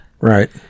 right